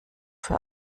für